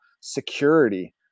security